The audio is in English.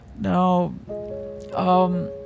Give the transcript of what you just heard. Now